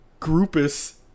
Groupus